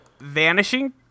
vanishing